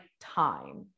time